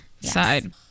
side